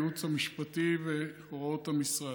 הייעוץ המשפטי והוראות המשרד.